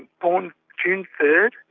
born june third,